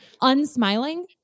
unsmiling